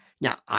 Now